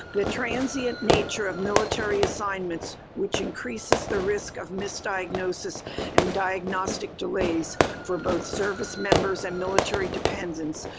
the transient nature of military assignments, which increases the risk of misdiagnosis and diagnostic delays for both service members and military dependents,